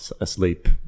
asleep